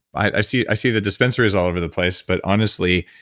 i see i see the dispensaries all over the place, but honestly,